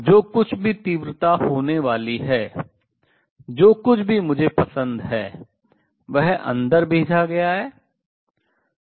जो कुछ भी तीव्रता होने वाली है जो कुछ भी मुझे पसंद है वह अंदर भेजा गया है जो प्रवर्धित हो रहा है